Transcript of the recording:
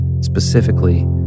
specifically